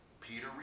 Peter